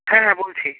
হ্যাঁ হ্যাঁ বলছি